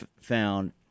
found